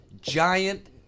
giant